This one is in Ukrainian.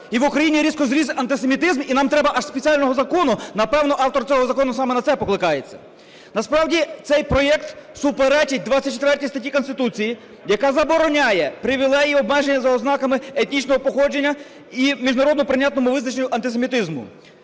і в Україні різко зріс антисемітизм, і нам треба аж спеціального закону. Напевно, автор цього закону саме на це покликається. Насправді цей проект суперечить 24 статті Конституції, яка забороняє привілеї, обмеження за ознаками етнічного походження і міжнародно прийнятному визначенню антисемітизму.